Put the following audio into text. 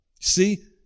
See